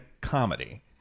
comedy